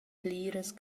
pliras